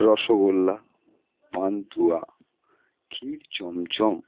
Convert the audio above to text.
rasgulla pantua kheer chamcham